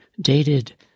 dated